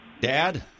Dad